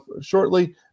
shortly